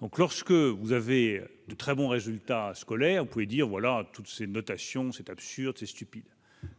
Donc, lorsque vous avez de très bons résultats scolaires pouvaient dire voilà, toutes ces notations c'est absurde, c'est stupide,